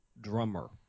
drummer